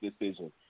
decision